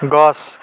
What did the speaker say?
গছ